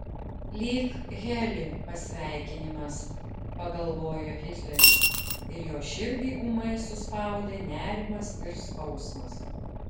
lyg heli pasveikinimas pagalvojo hitleris ir jo širdį ūmai suspaudė nerimas ir skausmas